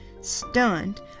Stunned